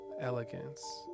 elegance